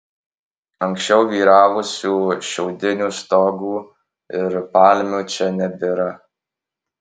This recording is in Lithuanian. anksčiau vyravusių šiaudinių stogų ir palmių čia nebėra